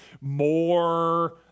more